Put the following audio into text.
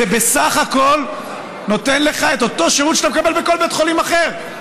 זה בסך הכול נותן לך את אותו שירות שאתה מקבל בכל בית חולים אחר.